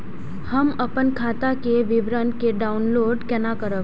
हम अपन खाता के विवरण के डाउनलोड केना करब?